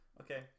Okay